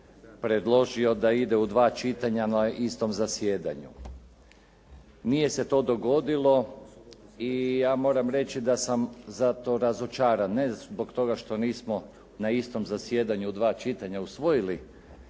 predložio da ide u dva čitanja na istom zasjedanju. Nije se to dogodilo i ja moram reći da sam zato razočaran. Ne zbog toga što nismo na istom zasjedanju u dva čitanja usvojili